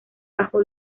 bajo